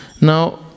Now